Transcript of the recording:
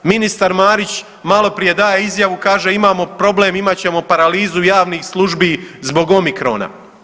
Ministar Marić maloprije daje izjavu kaže imamo problem imat ćemo paralizu javnih službi zbog omikrona.